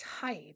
type